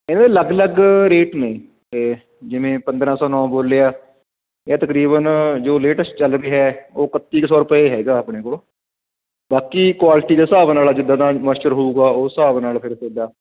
ਇਹਦੇ ਅਲੱਗ ਅਲੱਗ ਰੇਟ ਨੇ ਅਤੇ ਜਿਵੇਂ ਪੰਦਰਾਂ ਸੌ ਨੌ ਬੋਲਿਆ ਯਾ ਤਕਰੀਬਨ ਜੋ ਲੇਟੈਸਟ ਚੱਲ ਰਿਹਾ ਉਹ ਇਕੱਤੀ ਕੁ ਸੌ ਰੁਪਏ ਹੈਗਾ ਆਪਣੇ ਕੋਲ ਬਾਕੀ ਕੁਆਲਟੀ ਦੇ ਹਿਸਾਬ ਨਾਲ ਜਿੱਦਾਂ ਦਾ ਮੋਸ਼ਚਰ ਹੋਵੇਗਾ ਉਹ ਹਿਸਾਬ ਨਾਲ ਫਿਰ ਜਿੱਦਾਂ